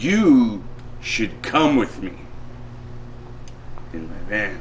you should come with me and